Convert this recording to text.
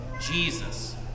Jesus